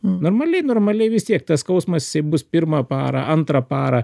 normaliai normaliai vis tiek tas skausmas jisai bus pirmą parą antrą parą